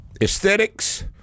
aesthetics